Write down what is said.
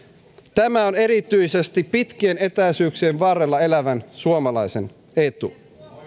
tämä on erityisesti pitkien etäisyyksien varrella elävän suomalaisen etu